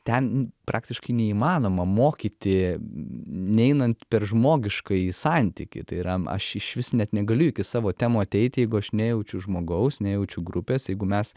ten praktiškai neįmanoma mokyti neinant per žmogiškąjį santykį tai yra aš išvis net negaliu iki savo temų ateiti jeigu aš nejaučiu žmogaus nejaučiu grupės jeigu mes